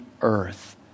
earth